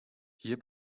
hier